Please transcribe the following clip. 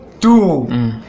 Two